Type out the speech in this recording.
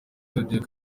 today